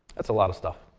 that's a lot of stuff.